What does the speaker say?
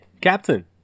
captain